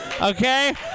Okay